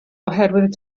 oherwydd